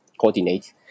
coordinate